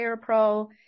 pro